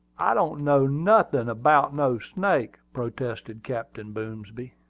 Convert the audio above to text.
i don't know nothin' about no snake, protested captain boomsby.